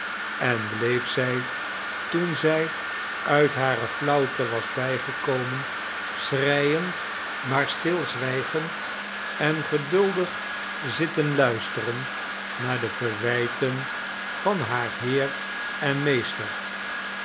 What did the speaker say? en bleef zij toen zij uit hare flauwte was bijgekomen schreiend maar stilzwijgend en geduldig zitten luisteren naar de verwijten van haar heer en meester